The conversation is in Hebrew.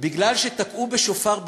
כי תקעו בשופר בכותל.